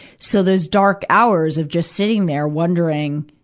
so, those dark hours of just sitting there, wondering,